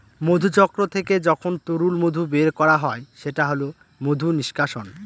মধুচক্র থেকে যখন তরল মধু বের করা হয় সেটা হল মধু নিষ্কাশন